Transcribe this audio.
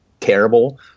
Terrible